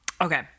Okay